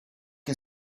est